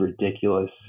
ridiculous